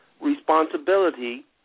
responsibility